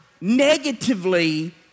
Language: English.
negatively